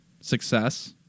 success